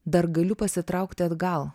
dar galiu pasitraukti atgal